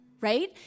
right